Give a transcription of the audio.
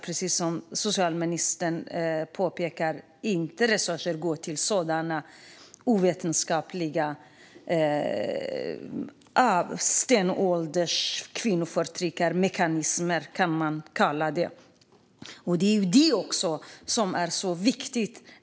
Precis som socialministern påpekade ska resurser inte gå till sådana ovetenskapliga, stenåldersmässiga och kvinnoförtryckande mekanismer, som de kan kallas.